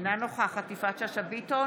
אינה נוכחת יפעת שאשא ביטון,